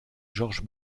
georges